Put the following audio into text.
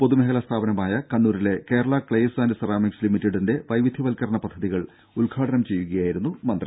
പൊതുമേഖലാ സ്ഥാപനമായ കണ്ണൂരിലെ കേരള ക്ലേയ്സ് ആൻഡ് സെറാമിക്സ് ലിമിറ്റഡിന്റെ വൈവിധ്യവൽക്കരണ പദ്ധതികൾ ഉദ്ഘാടനം ചെയ്യുകയായിരുന്നു മന്ത്രി